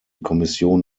kommission